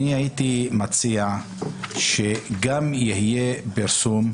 אני הייתי מציע שגם יהיה פרסום,